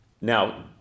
Now